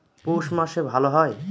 পৌষ মাসে ভালো হয়?